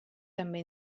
també